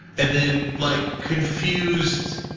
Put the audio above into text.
and then like confused,